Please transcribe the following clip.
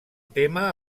tema